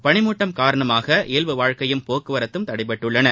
பனிமூட்டம் காரணமாக இயல்பு வாழ்க்கையும் போக்குவரத்தும் தடைப்பட்டுள்ளன